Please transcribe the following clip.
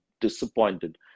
disappointed